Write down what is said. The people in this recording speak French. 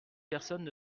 personnes